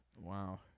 Wow